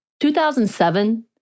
2007